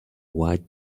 white